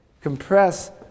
compress